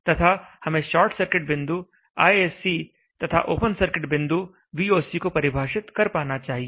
तथा हमें short circuit बिंदु ISC तथा ओपन सर्किट बिंदु VOC को परिभाषित कर पाना चाहिए